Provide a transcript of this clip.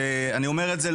ואני אומר את זה,